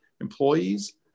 employees